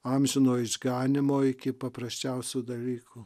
amžino išganymo iki paprasčiausių dalykų